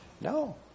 No